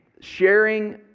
sharing